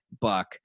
Buck